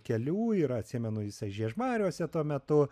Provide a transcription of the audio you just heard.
kelių ir atsimenu jisai žiežmariuose tuo metu